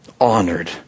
honored